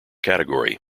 category